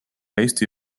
eesti